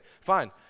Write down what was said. Fine